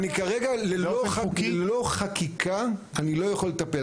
כרגע ללא חקיקה, אני לא יכול לטפל.